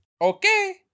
Okay